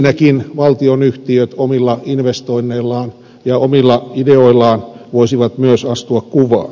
siinäkin valtionyhtiöt omilla investoinneillaan ja omilla ideoillaan voisivat myös astua kuvaan